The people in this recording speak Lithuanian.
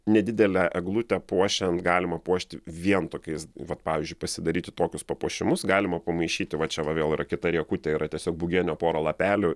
nedidelę eglutę puošiant galima puošti vien tokiais vat pavyzdžiui pasidaryti tokius papuošimus galima pamaišyti va čia va vėl yra kita riekutė yra tiesiog bugienio pora lapelių